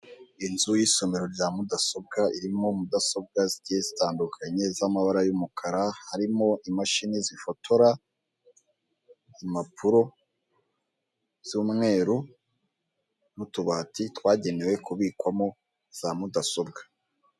Inzu y'isomero rya Mudasobwa, irimo Mudasobwa zigiye zitandukanye z'amabara y'umukara, harimo imashini zifotora, impapuro z'umweru, n'utubati twagenewe kubikwamo za Mudasobwa.